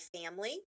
family